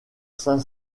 saint